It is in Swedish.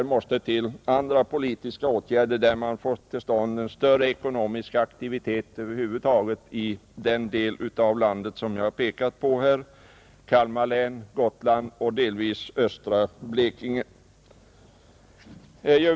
Det måste till andra, politiska åtgärder för att få till stånd en större ekonomisk aktivitet över huvud taget i den del av landet som jag här har pekat på — Kalmar län, Gotland och delar av östra Blekinge.